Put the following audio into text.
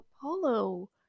Apollo